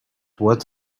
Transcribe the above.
what